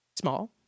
small